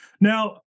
Now